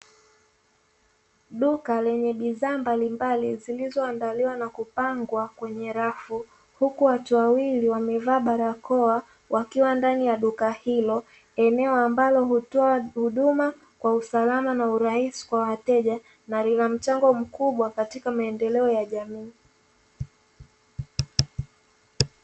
Duka lenye bidhaa mbalimbali zilizoandaliwa na kupangwa kwenye rafu, huku watu wawili wamevaa barakoa wakiwa ndani ya duka hilo. Eneo ambalo hutoa huduma kwa usalama na urahisi kwa wateja, na lina mchango mkubwa katika maendeleo ya jamii.